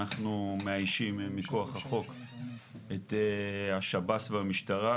אנחנו מאיישים מכוח החוק את השב"ס והמשטרה.